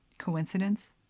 coincidence